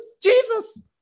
Jesus